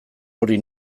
hori